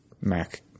mac